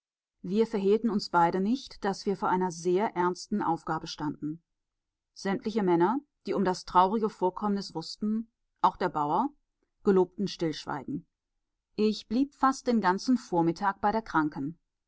wir verhehlten uns beide nicht daß wir vor einer sehr ernsten aufgabe standen sämtliche männer die um das traurige vorkommnis wußten auch der bauer gelobten stillschweigen ich blieb fast den ganzen vormittag bei der kranken